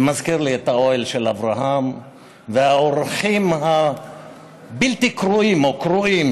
זה מזכיר לי את האוהל של אברהם והאורחים הבלתי-קרואים או קרואים